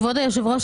כבוד היושב-ראש,